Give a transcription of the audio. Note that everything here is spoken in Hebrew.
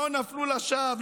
לא נפלו לשווא.